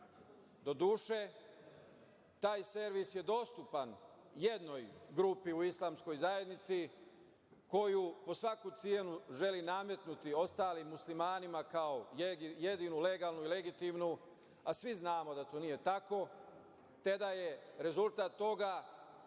Doduše taj servis je dostupan jednoj grupi i Islamskoj zajednici koju po svaku cenu želi nametnuti ostalim Muslimani kao jedinu legalnu i legitimnu, a svi znamo da to nije tako, te da je rezultat toga